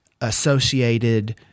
Associated